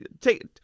take